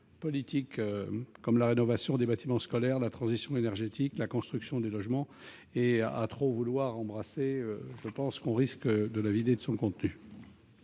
comme la rénovation des bâtiments scolaires, la transition énergétique, la construction de logements. À trop vouloir élargir ses missions, nous risquons de la vider de son contenu.